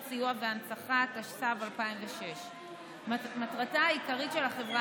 סיוע והנצחה) התשס"ו 2006. מטרתה העיקרית של החברה